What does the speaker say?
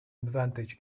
advantage